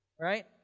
Right